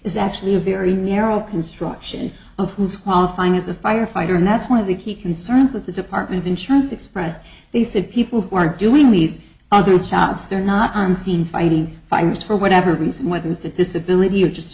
is actually a very narrow construction of who's qualifying as a firefighter and that's one of the key concerns of the department of insurance expressed they said people who are doing these other jobs they're not on the scene fighting fires for whatever reason whether it's a disability or just